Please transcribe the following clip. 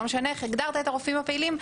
לא משנה איך הגדרת את הרופאים הפעילים,